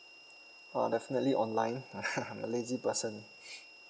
uh definitely online I'm a lazy person